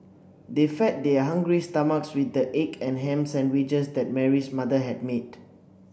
they fed their hungry stomachs with the egg and ham sandwiches that Mary's mother had made